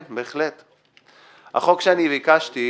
החוק שאני ביקשתי,